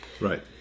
Right